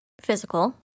Physical